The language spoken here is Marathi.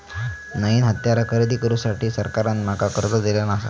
नईन हत्यारा खरेदी करुसाठी सरकारान माका कर्ज दिल्यानं आसा